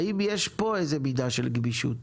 האם יש פה איזו מידה של גמישות?